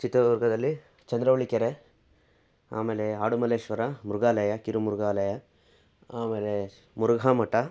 ಚಿತ್ರದುರ್ಗದಲ್ಲಿ ಚಂದ್ರವಳ್ಳಿ ಕೆರೆ ಆಮೇಲೆ ಆಡುಮಲ್ಲೇಶ್ವರ ಮೃಗಾಲಯ ಕಿರು ಮೃಗಾಲಯ ಆಮೇಲೆ ಮುರುಘಾ ಮಠ